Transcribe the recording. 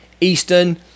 Eastern